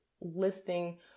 listing